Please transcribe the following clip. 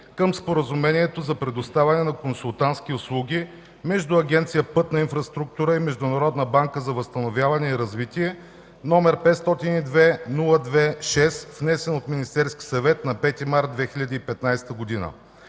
към Споразумението за предоставяне на консултантски услуги между Агенция „Пътна инфраструктура” и Международната банка за възстановяване и развитие, № 502-02-6, внесен от Министерския съвет на 5 март 2015 г.